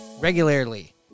regularly